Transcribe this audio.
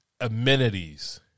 amenities